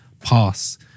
pass